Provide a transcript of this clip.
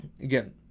again